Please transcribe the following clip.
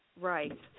Right